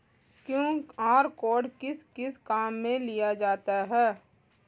QR code किस किस काम में लिया जाता है?